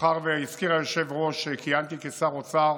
מאחר שהיושב-ראש הזכיר שכיהנתי כשר האוצר